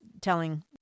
telling